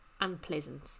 unpleasant